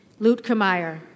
Lutkemeyer